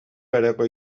bereko